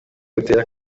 butere